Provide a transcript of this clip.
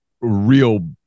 real